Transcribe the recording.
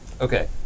okay